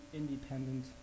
independent